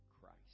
Christ